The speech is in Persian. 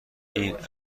این